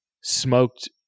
smoked